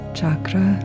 chakra